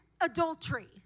adultery